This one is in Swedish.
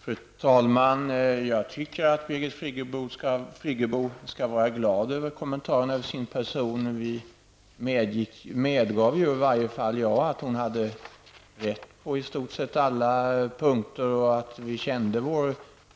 Fru talman! Jag tycker att Birgit Friggebo skall vara glad över kommentarerna om sin person. Vi medgav ju -- i varje fall gjorde jag det -- att hon hade rätt på i stort sett alla punkter och att vi kände